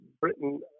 britain